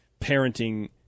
parenting